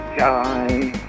die